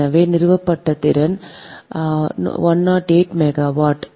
எனவே நிறுவப்பட்ட திறன் 108 மெகாவாட்